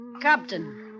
Captain